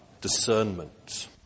discernment